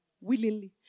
willingly